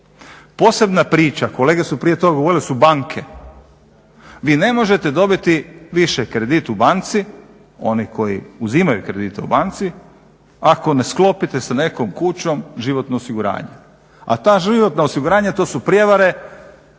Posebna priča, kolege su prije toga govorile da su banke, vi ne možete dobiti više kredit u banci oni koji uzimaju kredite u banci ako ne sklopite sa nekakvom kućom životno osiguranje, a ta životno osiguranje, to su prijevare